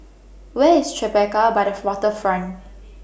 Where IS Tribeca By The Waterfront